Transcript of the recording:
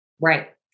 Right